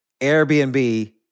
Airbnb